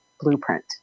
blueprint